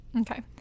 okay